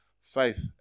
faith